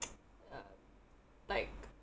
uh like